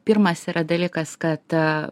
pirmas yra dalykas kad a